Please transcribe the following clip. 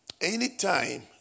Anytime